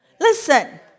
Listen